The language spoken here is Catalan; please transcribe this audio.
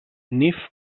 nif